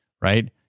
right